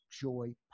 joy